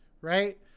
right